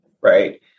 right